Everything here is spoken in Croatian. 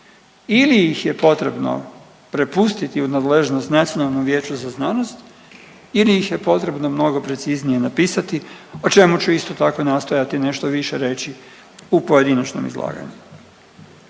ili ih je potrebno prepustiti u nadležnost Nacionalnom vijeću za znanost ili ih je potrebno mnogo preciznije napisati, o čemu ću isto tako nastojati nešto više reći u pojedinačnom izlaganju.